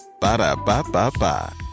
Ba-da-ba-ba-ba